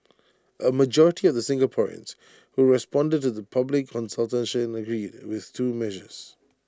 A majority of the Singaporeans who responded to the public consultation agreed with the two measures